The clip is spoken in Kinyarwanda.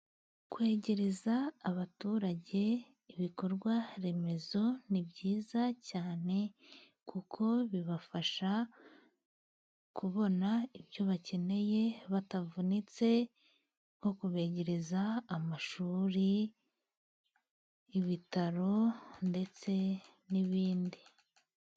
Kwegereza abaturage ibikorwaremezo ni byiza cyane, kuko bibafasha kubona ibyo bakeneye batavunitse, nko kubegereza amashuri, ibitaro, ndetse n'ibindi.